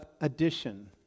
addition